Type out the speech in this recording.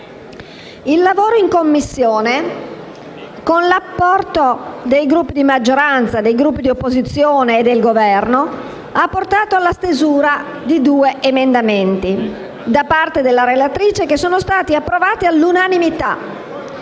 Il lavoro in Commissione, con l'apporto dei Gruppi di maggioranza, dei Gruppi di opposizione e del Governo, ha portato alla stesura di due emendamenti da parte della relatrice che sono stati approvati all'unanimità,